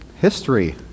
history